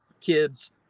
kids